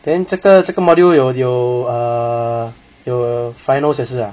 then 这个这个 module 有有 err finals 也是 ah